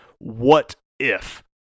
what-if